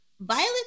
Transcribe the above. Violet